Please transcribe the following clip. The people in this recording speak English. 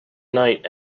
night